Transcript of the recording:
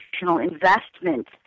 investment